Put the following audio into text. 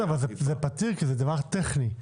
זה פתיר כי זה טכני.